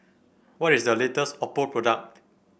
what is the latest Oppo product